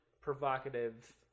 provocative